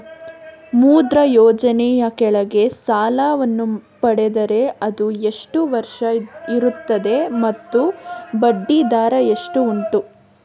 ಮುದ್ರಾ ಯೋಜನೆ ಯ ಕೆಳಗೆ ಸಾಲ ವನ್ನು ಪಡೆದರೆ ಅದು ಎಷ್ಟು ವರುಷ ಇರುತ್ತದೆ ಮತ್ತು ಬಡ್ಡಿ ದರ ಎಷ್ಟು ಉಂಟು?